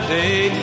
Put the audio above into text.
day